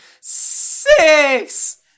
six